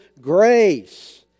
grace